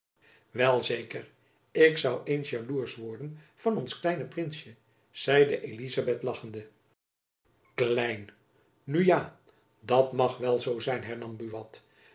wel zeker ik zoû eens jaloersch worden van ons kleine prinsjen zeide elizabeth lachende klein nu ja dat mag wel zoo zijn hernam